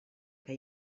que